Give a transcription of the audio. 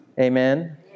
Amen